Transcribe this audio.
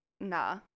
nah